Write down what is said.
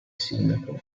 sindaco